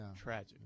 tragic